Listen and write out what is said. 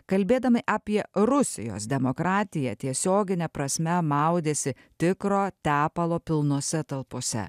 kalbėdami apie rusijos demokratiją tiesiogine prasme maudėsi tikro tepalo pilnose talpose